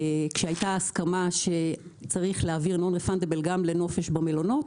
כשהייתה הסכמה שצריך להעביר הזמנת non-refundable גם לנופש במלונות,